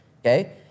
Okay